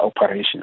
operation